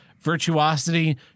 virtuosity